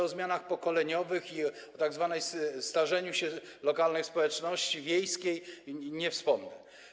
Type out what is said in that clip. O zmianach pokoleniowych i o tzw. starzeniu się lokalnych społeczności wiejskich nie wspomnę.